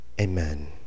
amen